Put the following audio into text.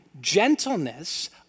Gentleness